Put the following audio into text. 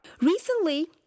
Recently